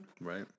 Right